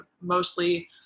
mostly